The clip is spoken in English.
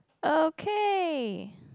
okay